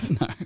No